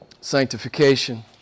sanctification